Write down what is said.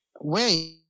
Wait